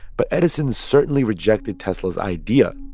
but edison certainly rejected tesla's idea.